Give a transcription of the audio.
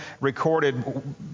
recorded